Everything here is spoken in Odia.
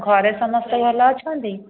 ଘରେ ସମସ୍ତେ ଭଲ ଅଛନ୍ତି